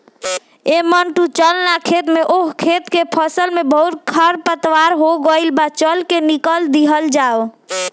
ऐ मंटू चल ना खेत में ओह खेत के फसल में बहुते खरपतवार हो गइल बा, चल के निकल दिहल जाव